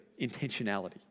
intentionality